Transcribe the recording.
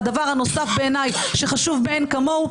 והדבר הנוסף בעיניי שחשוב מאין כמוהו,